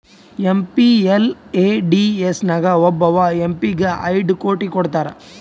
MPLADS ನಾಗ್ ಒಬ್ಬವ್ M P ಗ ಐಯ್ಡ್ ಕೋಟಿ ಕೊಡ್ತಾರ್